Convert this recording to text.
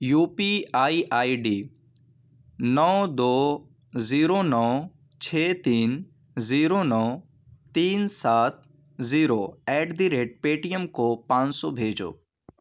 you P I I D نو دو zero نو چھ تین زیرو نو تین سات زیرو ایٹ در ریٹ پے ٹی ایم کو پان سو بھیجو